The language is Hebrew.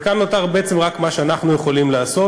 וכאן נותר בעצם רק מה שאנחנו יכולים לעשות.